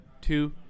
two